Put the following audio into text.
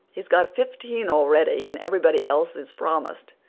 he's got fifteen already, and everybody's else's promised,